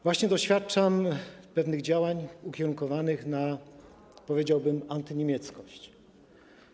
Właśnie doświadczam pewnych działań ukierunkowanych na, powiedziałbym, antyniemieckość.